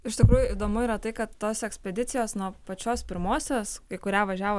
iš tikrųjų įdomu yra tai kad tos ekspedicijos nuo pačios pirmosios į kurią važiavo